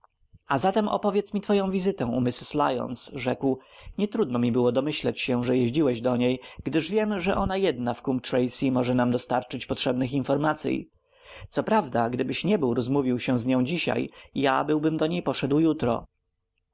a teraz opowiedz mi twoją wizytę u mrs lyons rzekł nietrudno mi było domyśleć się że jeździłeś do niej gdyż wiem że ona jedna w coombe tracey może nam dostarczyć potrzebnych informacyj coprawda gdybyś nie był rozmówił się z nią dzisiaj ja byłbym do niej poszedł jutro